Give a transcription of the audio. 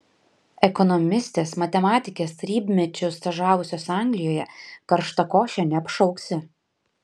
ekonomistės matematikės tarybmečiu stažavusios anglijoje karštakoše neapšauksi